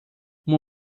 uma